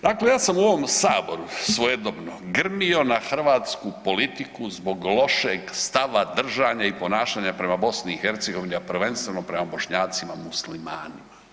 Dakle, ja sam u ovom Saboru svojedobno grmio na hrvatsku politiku zbog lošeg stava, držanja i ponašanja prema Bosni i Hercegovini, a prvenstveno prema Bošnjacima Muslimanima.